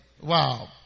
Wow